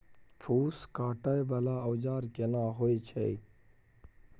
फूस काटय वाला औजार केना होय छै?